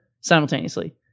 simultaneously